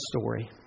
story